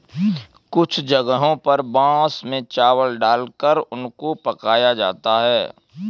कुछ जगहों पर बांस में चावल डालकर उनको पकाया जाता है